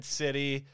city